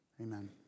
amen